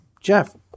Jeff